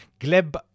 Gleb